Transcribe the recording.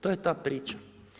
To je da priča.